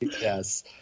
Yes